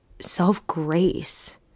self-grace